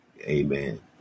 Amen